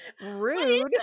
rude